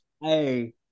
Hey